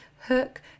hook